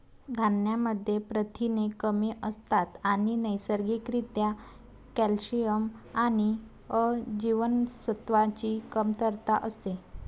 धान्यांमध्ये प्रथिने कमी असतात आणि नैसर्गिक रित्या कॅल्शियम आणि अ जीवनसत्वाची कमतरता असते